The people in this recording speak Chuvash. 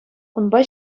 унпа